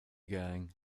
gang